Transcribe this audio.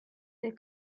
der